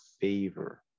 favor